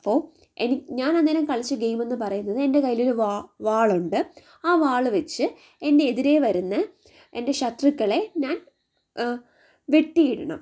അപ്പോൾ ഇനി ഞാൻ അന്നേരം കളിച്ച ഗെയിമെന്ന് പറയുന്നത് എൻ്റെ കയ്യിലൊരു വാളു കൊണ്ട് ആ വാളു വച്ച് എൻ്റെ എതിരെ വരുന്ന എൻ്റെ ശത്രുക്കളെ ഞാൻ വെട്ടിയിടണം